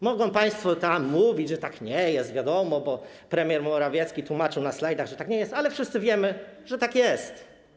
Mogą państwo mówić, że tak nie jest - wiadomo, bo premier Morawiecki tłumaczył na slajdach, że tak nie jest - ale wszyscy wiemy, że tak jest.